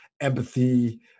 empathy